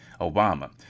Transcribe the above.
Obama